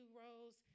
rows